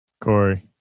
corey